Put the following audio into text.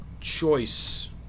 choice